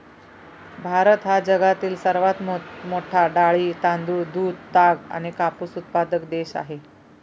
भारत हा जगातील सर्वात मोठा डाळी, तांदूळ, दूध, ताग आणि कापूस उत्पादक देश आहे